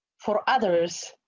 for others.